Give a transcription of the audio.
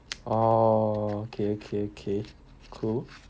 oh okay okay okay cool